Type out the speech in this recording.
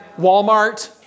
Walmart